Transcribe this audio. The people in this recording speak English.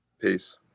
Peace